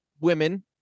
women